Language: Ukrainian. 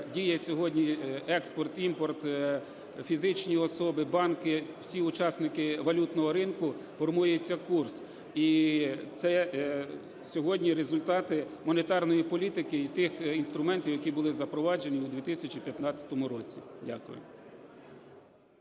діє сьогодні експорт, імпорт, фізичні особи, банки всі учасники валютного ринку, формується курс. І це сьогодні результати монетарної політики і тих інструментів, які були запроваджені в 2015 році. Дякую.